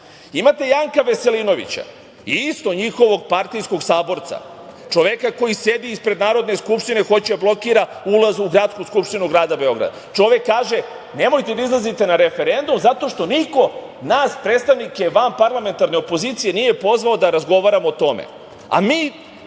vlast. Imate Janka Veselinovića, isto njihovog partijskog saborca, čoveka koji sedi ispred Narodne skupštine, hoće da blokira ulaz u Gradsku skupštinu grada Beograda. Čovek kaže – nemojte da izlazite na referendum zato što niko nas predstavnike vanparlamentarne opozicije nije pozvao da razgovaramo o tome,